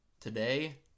today